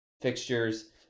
fixtures